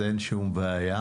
אז אין שום בעיה,